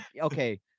okay